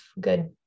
good